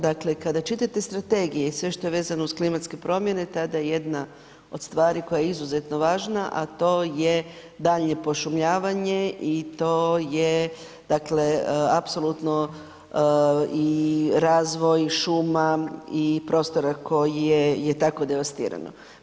Dakle, kada čitate strategije i sve što je vezano uz klimatske promjene tada jedna od stvari koja je izuzetno važna, a to je daljnje pošumljavanje i to je dakle apsolutno i razvoj šuma i prostora koji je tako devastirano.